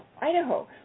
Idaho